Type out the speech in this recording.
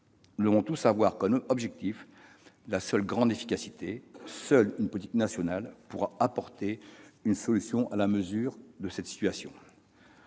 Nous devons tous avoir comme objectif la plus grande efficacité. Seule une politique nationale pourra apporter une solution à la mesure de la situation.